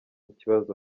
ikibazo